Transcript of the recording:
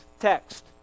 text